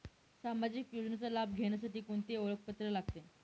सामाजिक योजनेचा लाभ घेण्यासाठी कोणते ओळखपत्र लागते?